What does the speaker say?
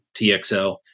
TXL